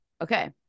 Okay